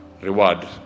reward